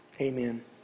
Amen